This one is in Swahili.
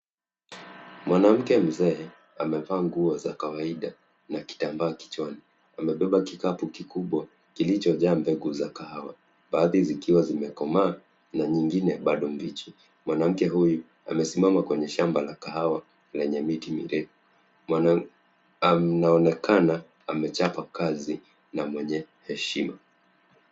Mwanamke mzee, amevaa nguo za kawaida na kitambaa kichwani. Amebeba kikapu kikubwa, kilichojaa mbegu za kahawa. Baadhi zikiwa zimekomaa na nyingine bado mbichi. Mwanamke huyu, amesimama kwenye shamba la kahawa, lenye miti mirefu. Anaonekana amechapa kazi na mwenye heshio.